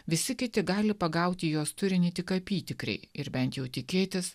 visi kiti gali pagauti jos turinį tik apytikriai ir bent jau tikėtis